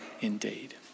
indeed